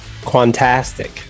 quantastic